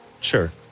Sure